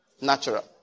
Natural